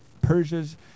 Persia's